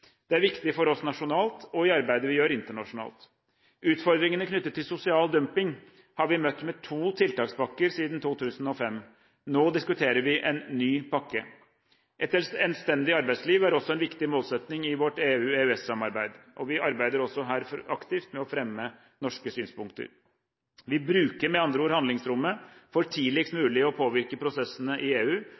Det er viktig for oss nasjonalt og i arbeidet vi gjør internasjonalt. Utfordringene knyttet til sosial dumping har vi møtt med to tiltakspakker siden 2005. Nå diskuterer vi en ny pakke. Et anstendig arbeidsliv er også en viktig målsetting i vårt EU/EØS-samarbeid. Vi arbeider her aktivt med å fremme norske synspunkter. Vi bruker med andre ord handlingsrommet for tidligst mulig å påvirke prosessene i EU